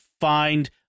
Find